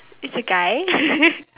it's a guy